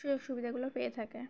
সুযোগ সুবিধাগুলো পেয়ে থাকে